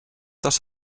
dos